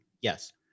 Yes